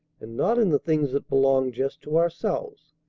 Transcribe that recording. and not in the things that belong just to ourselves.